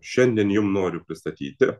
šiandien jum noriu pristatyti